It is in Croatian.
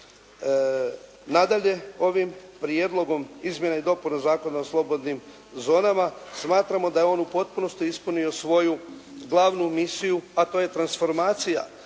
Nadalje, ovim Prijedlogom izmjena i dopuna Zakona o slobodnim zonama smatramo da je on u potpunosti ispunio svoju glavnu misiju a to je transformacija